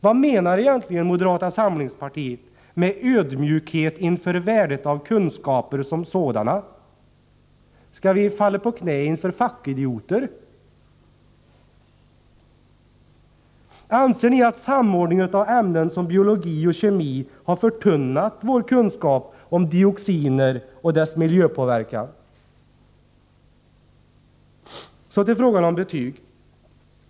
Vad menar egentligen moderaterna med ödmjukhet inför värdet av kunskaper som sådana? Skall vi falla på knä inför fackidioter? Anser ni att samordning av ämnen som biologi och kemi har förtunnat vår kunskap om dioxiner och deras miljöpåverkan? Så till frågan om betyg.